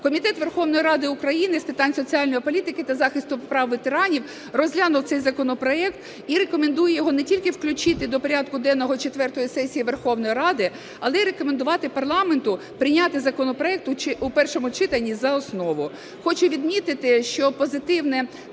Комітет Верховної Ради України з питань соціальної політики та захисту прав ветеранів розглянув цей законопроект і рекомендує його не тільки включити до порядку денного четвертої сесії Верховної Ради, але і рекомендувати парламенту прийняти законопроект у першому читанні за основу. Хочу відмітити, що позитивне